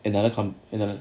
another com~ another